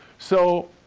so